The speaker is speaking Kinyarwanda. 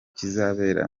kizabera